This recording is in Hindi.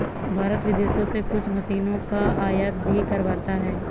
भारत विदेशों से कुछ मशीनों का आयात भी करवाता हैं